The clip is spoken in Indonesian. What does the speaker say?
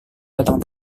datang